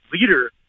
leader